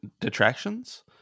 detractions